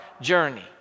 journey